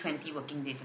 twenty working days